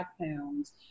pounds